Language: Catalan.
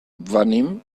venim